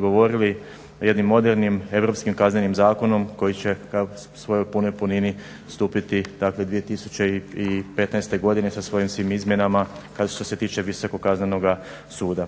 govorili jednim modernim europskim Kaznenim zakonom koji će u svojoj punoj punini stupiti dakle 2015. godine sa svojim svim izmjenama što se tiče Visokog kaznenog suda.